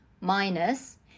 minus